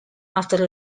after